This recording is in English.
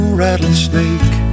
rattlesnake